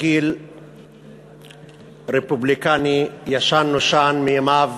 בתרגיל רפובליקני ישן נושן, מימיו